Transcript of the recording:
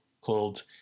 called